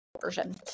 version